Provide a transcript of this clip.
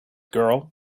girl